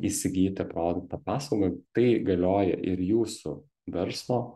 įsigyti produktą paslaugą tai galioja ir jūsų verslo